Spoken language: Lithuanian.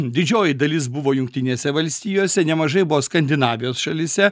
didžioji dalis buvo jungtinėse valstijose nemažai buvo skandinavijos šalyse